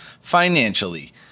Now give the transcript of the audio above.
financially